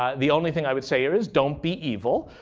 the only thing i would say here is don't be evil.